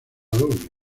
doble